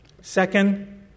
Second